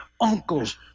uncles